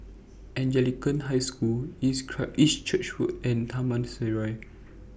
Anglican High School East Church Road and Taman Sireh